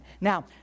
Now